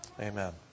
amen